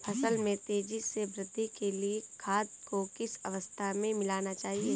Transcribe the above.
फसल में तेज़ी से वृद्धि के लिए खाद को किस अवस्था में मिलाना चाहिए?